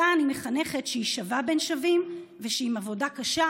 שאותה אני מחנכת שהיא שווה בין שווים ושעם עבודה קשה,